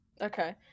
Okay